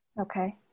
Okay